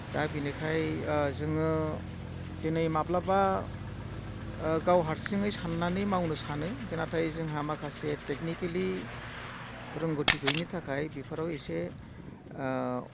दा बिनिखाय जोङो दिनै माब्लाबा गाव हारसिङै साननानै मावनो सानो नाथाय जोंहा माखासे टेकनिकेलि रोंगौथि गैयिनि थाखाय बिफोराव एसे